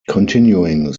continuing